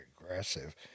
aggressive